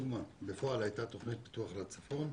בפועל הייתה תוכנית פיתוח לצפון.